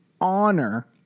honor